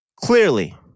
Clearly